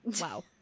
Wow